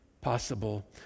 possible